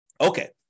Okay